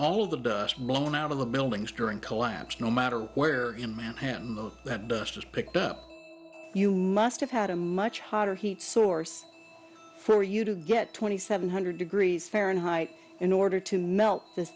all the dust blown out of the buildings during collapse no matter where in manhattan the that dust is picked up you must have had a much hotter heat source for you to get twenty seven hundred degrees fahrenheit in order to melt th